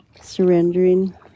surrendering